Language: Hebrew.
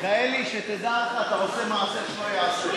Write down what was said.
מיכאלי, שתדע לך, אתה עושה מעשה שלא ייעשה.